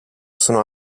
sono